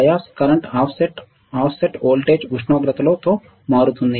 bias current offset offset voltage ఉష్ణోగ్రతతో మారుతుంది